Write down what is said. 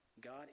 God